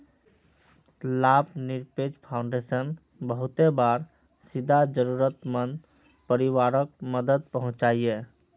लाभ निरपेक्ष फाउंडेशन बहुते बार सीधा ज़रुरत मंद परिवारोक मदद पहुन्चाहिये